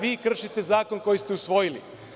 Vi kršite zakon koji ste usvojili.